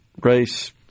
race